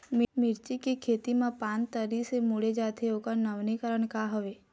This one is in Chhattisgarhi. मिर्ची के खेती मा पान तरी से मुड़े जाथे ओकर नवीनीकरण का हवे?